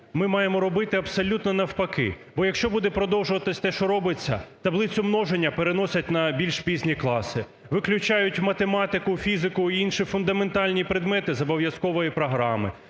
Ми маємо робити абсолютно навпаки, бо якщо буде продовжуватися те, що робиться: таблицю множення переносять на більш пізні класи, виключають математику, фізику і інші фундаментальні предмети з обов'язкової програми,